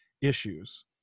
issues